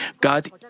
God